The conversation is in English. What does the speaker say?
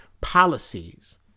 policies